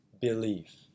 belief